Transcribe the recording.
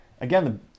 again